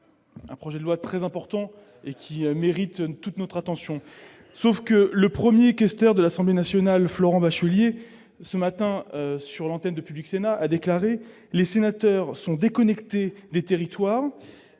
ce projet de loi très important, qui mérite toute notre attention. Or le premier questeur de l'Assemblée nationale, Florent Bachelier, ce matin, sur l'antenne de Public Sénat, a déclaré que les sénateurs étaient déconnectés des territoires,